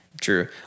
True